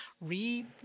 read